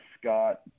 Scott